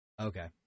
Okay